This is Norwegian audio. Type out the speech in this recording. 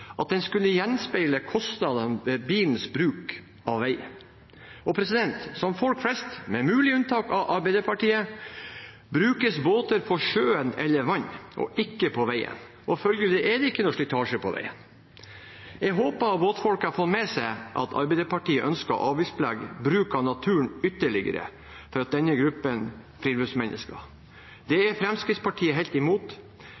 at den skulle gjenspeile kostnadene for bilens bruk av veien. Som folk flest vet – med mulig unntak av Arbeiderpartiet – brukes båter på sjøen eller i vann, og ikke på veien, og følgelig er det ikke noen slitasje på veien. Jeg håper båtfolket har fått med seg at Arbeiderpartiet ønsker å avgiftsbelegge bruk av naturen ytterligere for denne gruppen friluftsmennesker. Det